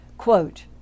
Quote